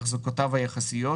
החזקותיו היחסיות),